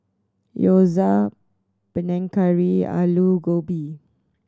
Gyoza Panang Curry Alu Gobi